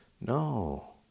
No